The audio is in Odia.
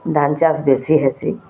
ଧାନ୍ ଚାଷ୍ ବେଶି ହେସି